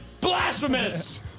blasphemous